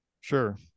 Sure